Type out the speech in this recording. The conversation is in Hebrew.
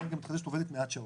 אנרגיה מתחדשת עובדת מעט שעות.